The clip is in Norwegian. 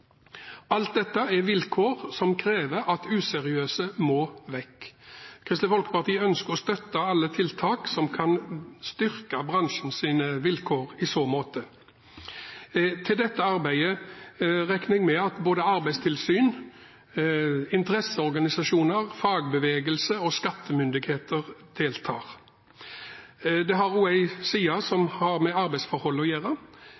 Alt dette er vilkår som krever at useriøse må vekk. Kristelig Folkeparti ønsker å støtte alle tiltak som kan styrke bransjens vilkår i så måte. I dette arbeidet regner jeg med at både arbeidstilsyn, interesseorganisasjoner, fagbevegelse og skattemyndigheter deltar. Det har også en side som har med arbeidsforhold å gjøre,